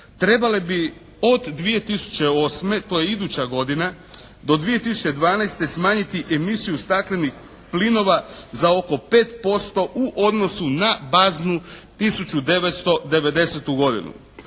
trebale bi od 2008. to je iduća godina, do 2012. smanjiti emisiju staklenih plinova za oko 5% u odnosu na baznu 1990. godinu.